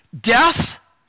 death